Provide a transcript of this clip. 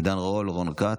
עידן רול, רון כץ,